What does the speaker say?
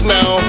Now